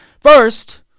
First